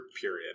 period